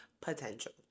potential